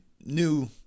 new